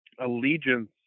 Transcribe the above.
allegiance